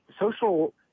Social